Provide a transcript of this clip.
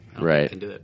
Right